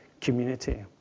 community